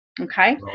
Okay